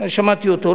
שמעתי אותו,